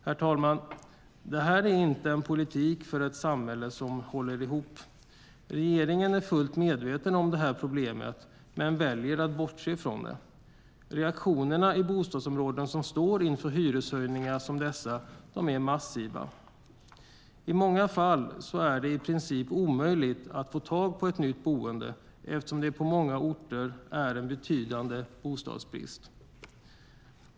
Herr talman! Detta är inte en politik för ett samhälle som håller ihop. Regeringen är fullt medveten om problemet men väljer att bortse från det. Reaktionerna i bostadsområden som står inför hyreshöjningar som dessa är massiva. I många fall är det i princip omöjligt att få tag på ett nytt boende eftersom det på många orter är betydande bostadsbrist.